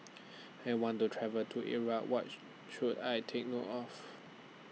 I want to travel to Iraq What should I Take note of